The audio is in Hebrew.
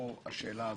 אפרופו השאלה הזאת,